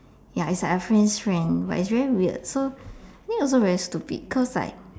ya it's like a friend's friend but it's very weird so I think also very stupid cause like